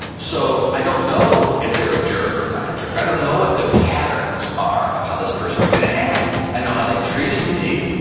so i don't know if they're a jerk or not a jerk. i don't know what the patterns are of how this person's going to act. i know how they've treated me,